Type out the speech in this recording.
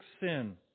sin